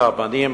רבנים,